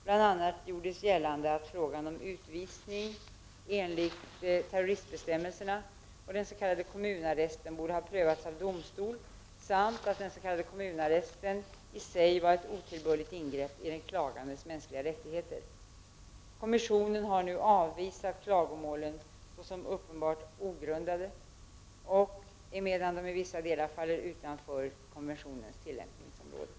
Bl.a. gjordes gällande att frågan om utvisning enligt terroristbestämmelserna och den s.k. kommunarresten borde ha prövats av domstol samt att den s.k. kommunarresten i sig var ett otillbörligt ingrepp i klagandens mänskliga rättigheter. Kommissionen har nu avvisat klagomålen såsom uppenbart ogrundade, emedan de i vissa delar faller utanför konventionens tillämpningsområde.